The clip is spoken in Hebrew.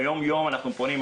ביום יום אנחנו פונים,